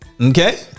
Okay